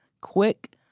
quick